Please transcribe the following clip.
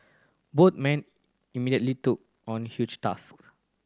both men immediately took on huge tasks